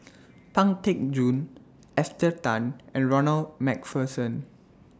Pang Teck Joon Esther Tan and Ronald MacPherson